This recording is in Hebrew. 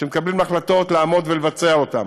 וכשמקבלים החלטות, לעמוד ולבצע אותן,